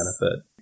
benefit